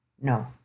No